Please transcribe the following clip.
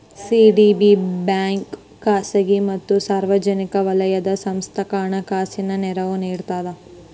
CDB bank ಖಾಸಗಿ ಮತ್ತ ಸಾರ್ವಜನಿಕ ವಲಯದ ಸಂಸ್ಥಾಕ್ಕ ಹಣಕಾಸಿನ ನೆರವು ನೇಡ್ತದ